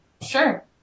Sure